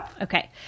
Okay